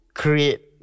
create